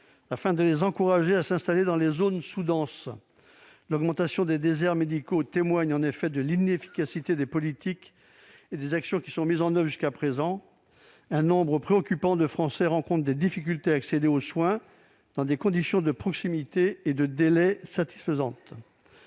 afin de les encourager à s'installer dans les zones sous-denses. En effet, l'augmentation du nombre de déserts médicaux témoigne de l'inefficacité des politiques qui ont été mises en oeuvre jusqu'à présent. Un nombre préoccupant de Français rencontrent des difficultés à accéder aux soins dans des conditions de proximité et de délais satisfaisantes.